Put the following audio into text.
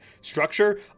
structure